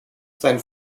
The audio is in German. sein